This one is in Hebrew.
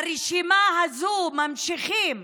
ברשימה הזו ממשיכים: